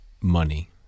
money